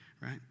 right